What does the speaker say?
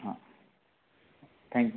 हां थॅंक